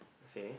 say